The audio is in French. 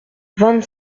vingt